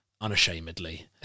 unashamedly